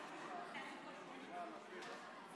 אני קובע כי הצעת החוק לא התקבלה.